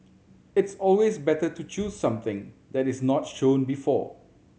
it's always better to choose something that is not shown before